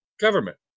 government